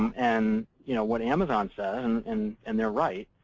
and you know what amazon says and and and they're right